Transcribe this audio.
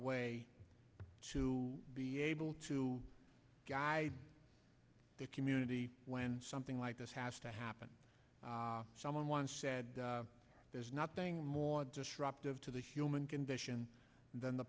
way to be able to guide their community when something like this has to happen someone once said there's nothing more disruptive to the human condition than the